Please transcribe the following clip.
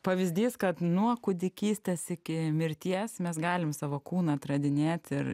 pavyzdys kad nuo kūdikystės iki mirties mes galim savo kūną atradinėt ir